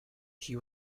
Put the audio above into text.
she